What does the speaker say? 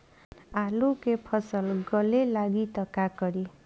आलू के फ़सल गले लागी त का करी?